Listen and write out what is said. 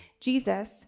Jesus